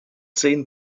zehn